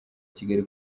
kigali